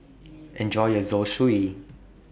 Enjoy your Zosui